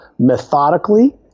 methodically